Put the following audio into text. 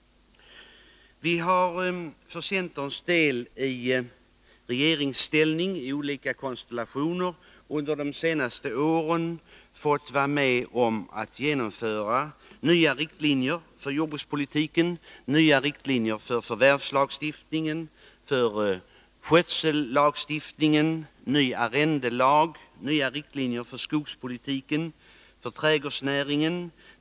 Vi har för centerns del i regeringsställning i olika konstellationer under de senaste åren fått vara med om att genomföra nya riktlinjer för jordbrukspolitiken, nya riktlinjer för förvärvslagstiftningen, för skötsellagstiftningen, ny arrendelag, nya riktlinjer för skogspolitiken och för trädgårdsnäringen.